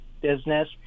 business